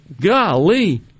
golly